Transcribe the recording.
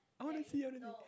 I want to see